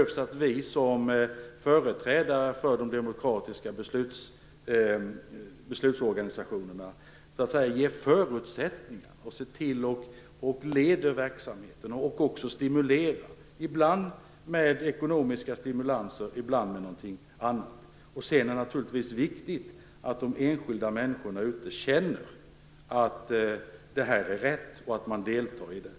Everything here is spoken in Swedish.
Vi som företrädare för de demokratiska beslutsorganisationerna behöver skapa förutsättningarna, se till och leda verksamheten samt också stimulera, ibland med ekonomiska medel, ibland med någonting annat. Sedan är det naturligtvis viktigt att de enskilda människorna känner att detta är rätt och att de deltar i det.